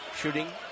shooting